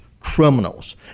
Criminals